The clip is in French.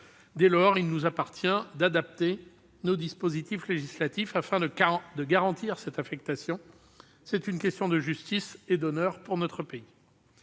Dès lors, il nous appartient d'adapter nos dispositifs législatifs, afin de garantir cette affectation. C'est une question de justice et d'honneur pour notre pays.